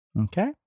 Okay